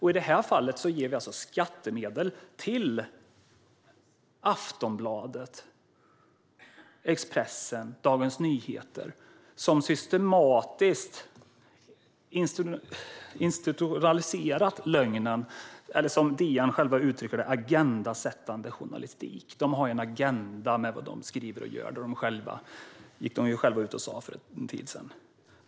I det här fallet ger vi alltså skattemedel till Aftonbladet, Expressen och Dagens Nyheter, som systematiskt institutionaliserat lögnen, eller som DN själva uttrycker det, arbetar med "agendasättande" journalistik. De har en agenda med det de skriver och gör; det gick de själva ut och sa för en tid sedan.